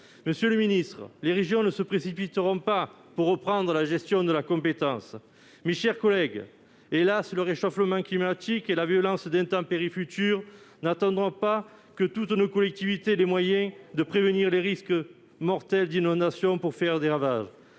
enjeux climatiques. Les régions ne se précipiteront pas pour reprendre la gestion de la compétence ! Mes chers collègues, hélas, le réchauffement climatique et la violence d'intempéries futures n'attendront pas que toutes nos collectivités aient les moyens de prévenir les risques mortels d'inondations pour faire des ravages.